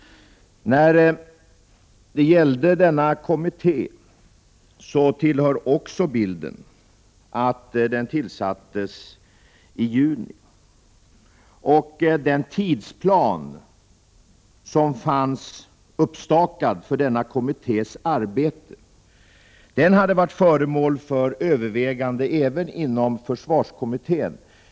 När det gäller denna kommitté tillhör det också bilden att den tillsattes i juni. Den tidsplan som uppställdes för kommitténs arbete hade varit föremål för överväganden även inom försvarskommittén.